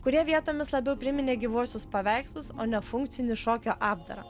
kurie vietomis labiau priminė gyvuosius paveikslus o ne funkcinį šokio apdarą